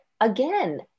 again